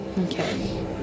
Okay